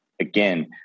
again